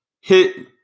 Hit